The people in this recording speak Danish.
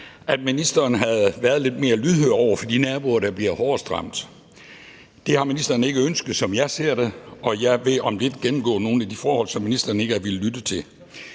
at ministeren havde været lidt mere lydhør over for de naboer, der bliver hårdest ramt. Det har ministeren ikke ønsket, som jeg ser det, og jeg vil om lidt gennemgå nogle af de forhold, som ministeren ikke har villet lytte til.